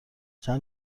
چند